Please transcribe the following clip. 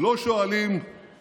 לא שואלים על